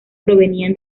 provenían